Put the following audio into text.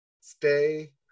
Stay